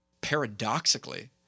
paradoxically